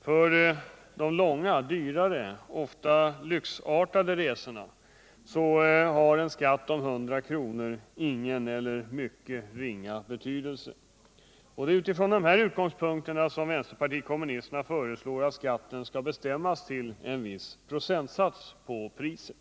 För de långa, dyrare, ofta lyxartade resorna har en skatt om 100 kr. ingen eller mycket ringa betydelse. Det är utifrån dessa utgångspunkter som vänsterpartiet kommunisterna föreslår att skatten skall bestämmas till en viss procentsats på priset.